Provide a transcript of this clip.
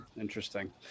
Interesting